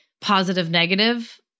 positive-negative